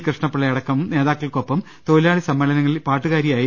കൃ ഷ്ണപ്പിള്ളയടക്കമുള്ള നേതാക്കൾക്കൊപ്പം തൊഴിലാളി സമ്മേളന ങ്ങളിൽ പാട്ടുകാരിയായിരുന്നു